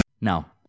Now